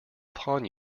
upon